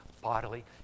bodily